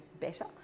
better